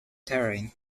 terrain